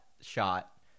shot